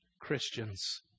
Christians